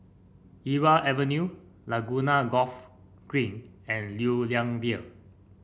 Irau Avenue Laguna Golf Green and Lew Lian Vale